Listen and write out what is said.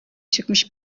çıkmış